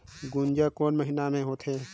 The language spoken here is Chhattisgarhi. गुनजा कोन महीना होथे?